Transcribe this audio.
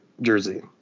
jersey